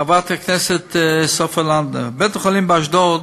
חברת הכנסת סופה לנדבר, בית-החולים באשדוד